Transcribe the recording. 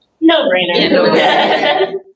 No-brainer